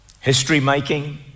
history-making